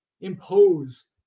impose